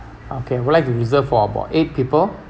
okay would like to reserve for about eight people